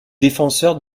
défenseur